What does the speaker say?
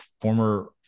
former